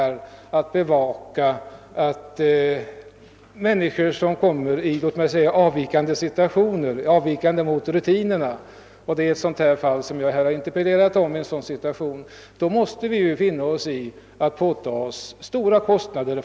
Vi måste i fråga om människor som kommer att befinna sig i låt mig kalla det mot rutinerna avvikande situationer — det är ett sådant fall som jag interpellerat om — påta oss stora kostnader.